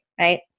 right